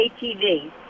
ATV